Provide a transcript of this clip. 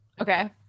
Okay